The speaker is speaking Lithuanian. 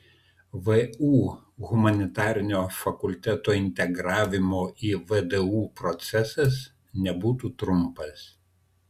vu humanitarinio fakulteto integravimo į vdu procesas nebūtų trumpas